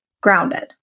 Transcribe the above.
grounded